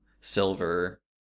silver